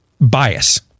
bias